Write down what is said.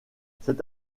cette